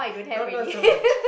not not so much